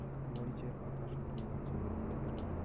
মরিচের পাতা শুকিয়ে যাচ্ছে এর প্রতিকার কি?